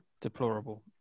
deplorable